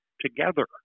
together